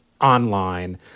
online